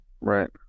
Right